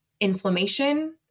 inflammation